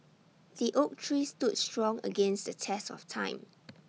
the oak tree stood strong against the test of time